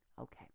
Okay